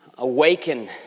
Awaken